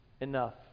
enough